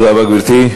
תודה רבה, גברתי.